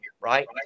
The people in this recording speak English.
right